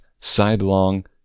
sidelong